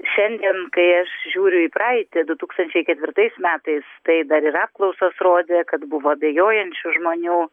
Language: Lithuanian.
šiandien kai aš žiūriu į praeitį du tūkstančiai ketvirtais metais tai dar ir apklausos rodė kad buvo abejojančių žmonių